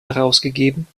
herausgegeben